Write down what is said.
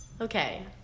Okay